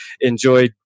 enjoy